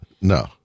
no